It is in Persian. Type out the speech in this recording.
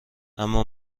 اما